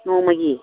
ꯅꯣꯡꯃꯒꯤ